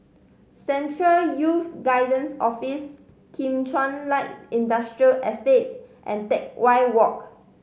Central Youth Guidance Office Kim Chuan Light Industrial Estate and Teck Whye Walk